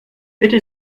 bitte